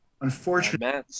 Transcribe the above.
Unfortunately